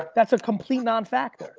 that's a complete non-factor.